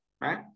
right